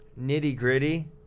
nitty-gritty